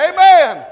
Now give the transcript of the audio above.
Amen